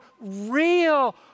real